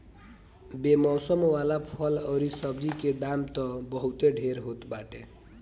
बेमौसम वाला फल अउरी सब्जी के दाम तअ बहुते ढेर होत बाटे